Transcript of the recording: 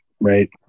right